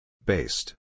Based